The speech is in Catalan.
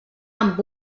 amb